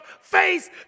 face